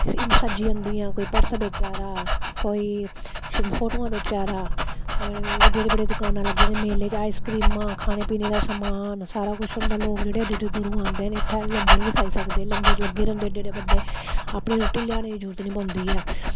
इन सज्जी जंदियां कोई पर्स बेचा दा कोई फोटूआं बेचा दा एड्डी एड्डी बड्डी दकानां लग्गी दियां होंदियां मेले च आईसक्रीमां खाने पीने दा समान सारा कुछ होंदा लोक जेह्ड़े एड्डे एड्डे दूरां औंदे न इत्थै लंगर बी खाई सकदे न लंगर लग्गे दा होंदा एड्डे एड्डे बड्डे अपनी रुट्टी लेआनै दी जरुरत नेईं पौंदी ऐ